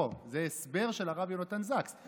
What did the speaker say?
לא, זה הסבר של הרב יונתן זקס.